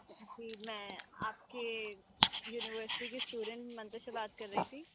جی میں آپ کے یونیورسٹی کی اِسٹوڈینٹ منتشا بات کر رہی تھی